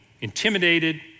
intimidated